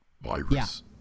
virus